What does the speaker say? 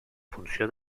funció